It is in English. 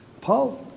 Paul